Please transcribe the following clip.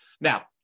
Now